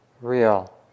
real